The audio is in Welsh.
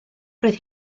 roedd